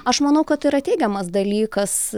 aš manau kad tai yra teigiamas dalykas